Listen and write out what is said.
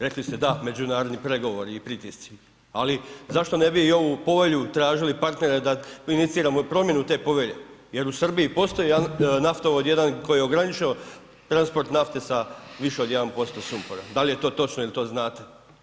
Rekli ste da, međunarodni pregovori i pritisci, ali zašto ne bi i ovu povelju tražili partnera da iniciramo i promjenu te povelje jer u Srbiji postoji naftovod jedan koji je ograničio transport nafte sa više od 1% sumpora, da li je to točno, jel to znate?